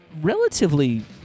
relatively